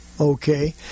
Okay